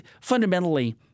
fundamentally